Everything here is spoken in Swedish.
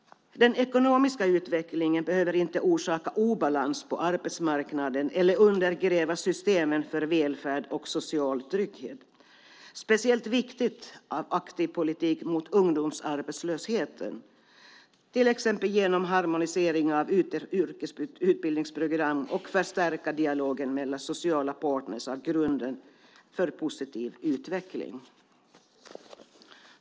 Den ekonomiska utvecklingen behöver inte orsaka obalans på arbetsmarknaden eller undergräva systemen för välfärd och social trygghet. Det är speciellt viktigt med en aktiv politik mot ungdomsarbetslösheten, till exempel genom harmonisering av yrkesutbildningsprogram och genom att stärka dialogen mellan sociala parter. Det är grunden för en positiv utveckling.